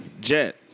Jet